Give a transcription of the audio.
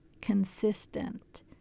consistent